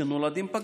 שנולדים פגים,